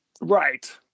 right